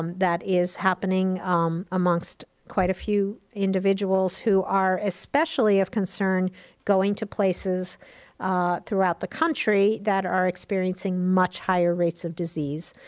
um that is happening amongst quite a few individuals who are especially of concern going to places throughout the country that are experiencing much higher rates of disease.